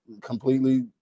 completely